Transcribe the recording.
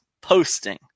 posting